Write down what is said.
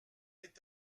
est